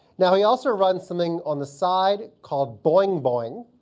now he also runs something on the side called boing boing,